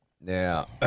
now